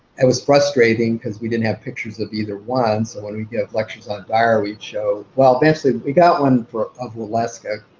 it was frustrating, because we didn't have pictures of either one, so when we give lectures on dyar, we'd show, well, eventually we got one of wellesca